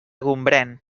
gombrèn